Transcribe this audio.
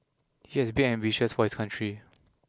he has big ambitions for his country